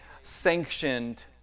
sanctioned